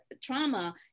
trauma